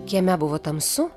kieme buvo tamsu